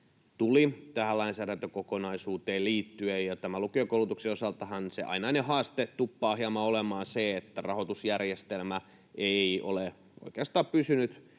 tuli tähän lainsäädäntökokonaisuuteen liittyen. Tämän lukiokoulutuksen osaltahan se ainainen haaste tuppaa hieman olemaan se, että rahoitusjärjestelmä ei ole oikeastaan pysynyt